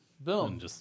boom